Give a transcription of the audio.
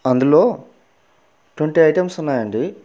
అందులో twenty items ఉన్నాయండి